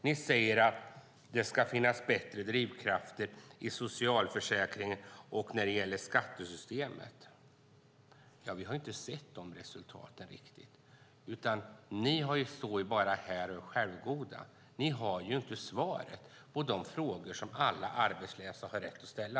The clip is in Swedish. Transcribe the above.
Ni säger att det ska finnas bättre drivkrafter i socialförsäkringen och när det gäller skattesystemet. Vi har inte sett de resultaten. Ni står här och är självgoda. Ni har inte svaret på de frågor som alla arbetslösa har rätt att ställa.